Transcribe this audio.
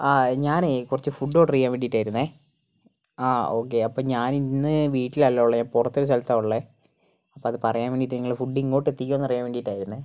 ആ ഞാനെ കുറച്ച് ഫുഡ് ഓർഡർ ചെയ്യാൻ വേണ്ടിട്ടായിരുന്നേ ആ ഓക്കെ അപ്പം ഞാൻ ഇന്ന് വീട്ടിൽ അല്ല ഉള്ളത് പുറത്ത് ഒരു സ്ഥലത്താണ് ഉള്ളത് അപ്പം അത് പറയാൻ വേണ്ടീട്ട് നിങ്ങൾ ഫുഡ് ഇങ്ങോട്ട് എത്തിക്കുമോ എന്ന് അറിയാൻ വേണ്ടിട്ടായിരുന്നേ